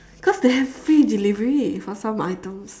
cause they have free delivery for some items